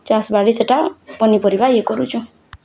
ଚାଷ୍ ବାଡ଼ି ସେଇଟା ପନିପରିବା ଇଏ କରୁଛୁଁ